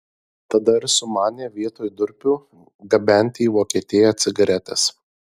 tada ir sumanė vietoj durpių gabenti į vokietiją cigaretes